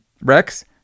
Rex